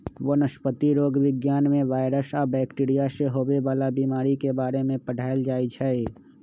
वनस्पतिरोग विज्ञान में वायरस आ बैकटीरिया से होवे वाला बीमारी के बारे में पढ़ाएल जाई छई